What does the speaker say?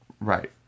Right